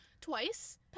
twice